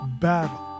battle